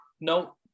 no